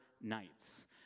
nights